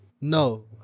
No